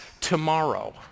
tomorrow